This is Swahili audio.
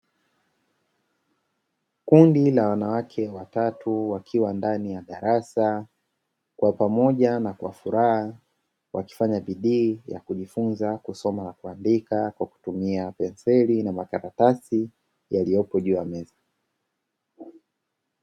Kundi la wanawake watatu, wakiwa ndani ya darasa, kwa pamoja na kwa furaha, wakifanya bidii ya kujifunza kusoma na kuandika kwa kutumia penseli na makaratasi yaliyopo juu ya meza.